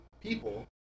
people